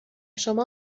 شما